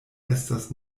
estas